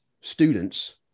students